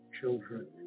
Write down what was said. children